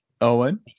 Owen